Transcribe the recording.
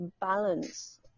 balance